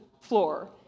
floor